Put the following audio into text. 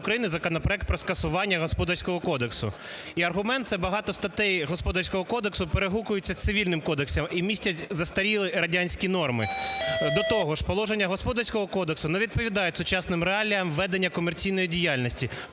України законопроект про скасування Господарського кодексу. І аргумент – це багато статей Господарського кодексу перегукуються з Цивільним кодексом і містять застарілі радянські норми. До того ж положення Господарського кодексу не відповідають сучасним реаліям ведення комерційної діяльності,